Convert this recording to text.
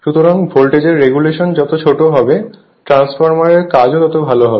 সুতরাং voltage regulation যত ছোট হবে ট্রান্সফরমারের কাজও তত ভাল হবে